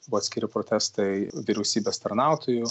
buvo atskiri protestai vyriausybės tarnautojų